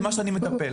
זה מה שאני מטפל.